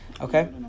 Okay